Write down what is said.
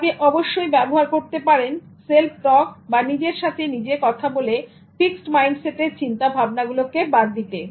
আপনি অবশ্যই ব্যবহার করতে পারেন self talk নিজের সাথে নিজে কথা বলে ফিক্সড মাইন্ডসেটের চিন্তা ভাবনাগুলোকে বাদ দিতে